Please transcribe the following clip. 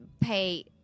pay